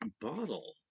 bottle